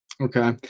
Okay